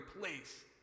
place